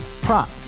Prop